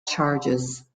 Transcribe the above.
charges